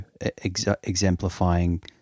exemplifying